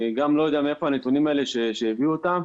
אני גם לא יודע מאיפה הנתונים האלה שהביאו אותם.